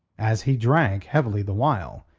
as he drank heavily the while,